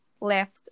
left